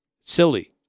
silly